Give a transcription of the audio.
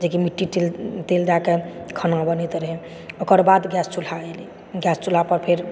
जे कि मिट्टी तेल दए कऽ खाना बनैत रहै ओकर बाद गैस चुल्हा एलै गैस चुल्हा पर फेर